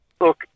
look